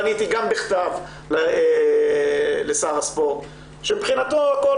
פניתי גם בכתב לשר הספורט שמבחינתו הכול